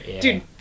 Dude